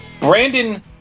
Brandon